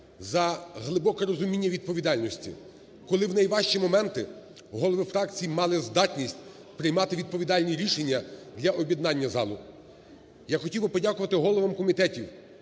за глибоке розуміння відповідальності, коли в найважчі моменти голови фракцій мали здатність приймати відповідальні рішення для об'єднання залу. Я хотів би подякувати головам комітетів,